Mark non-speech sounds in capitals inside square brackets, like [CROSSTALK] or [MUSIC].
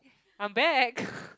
I'm back [LAUGHS]